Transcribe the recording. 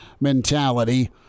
mentality